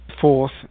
fourth